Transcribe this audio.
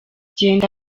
genda